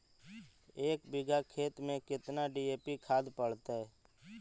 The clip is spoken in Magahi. एक बिघा खेत में केतना डी.ए.पी खाद पड़तै?